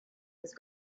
his